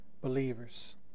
believers